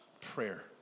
Prayer